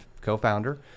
co-founder